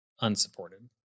unsupported